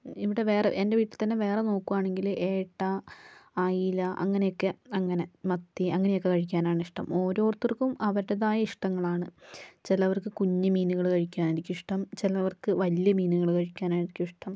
ഇവിടെ വേറെ എൻ്റെ വീട്ടിൽ തന്നെ വേറെ നോക്കുകയാണെങ്കിൽ ഏട്ടാ അയില അങ്ങനെയൊക്കെ അങ്ങനെ മത്തി അങ്ങനെയൊക്കെ കഴിക്കാനാണിഷ്ടം ഓരോരുത്തർക്കും അവരവരുടേതായ ഇഷ്ടങ്ങളാണ് ചിലർക്ക് കുഞ്ഞുമീനുകൾ കഴിക്കാനായിരിക്കും ഇഷ്ടം ചിലർക്ക് വലിയ മീനുകൾ കഴിക്കാനായിരിക്കും ഇഷ്ടം